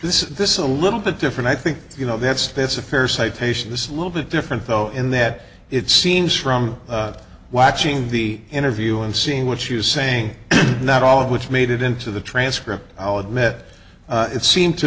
this is this is a little bit different i think you know that's that's a fair citation this little bit different though in that it seems from watching the interview and seeing what she was saying not all of which made it into the transcript i'll admit it seemed to